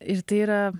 ir tai yra